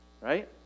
Right